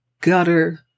gutter